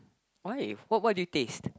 why what what do you taste